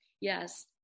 yes